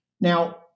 Now